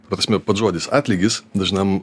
ta prasme pats žodis atlygis dažnam